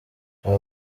aba